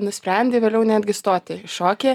nusprendei vėliau netgi stoti į šoki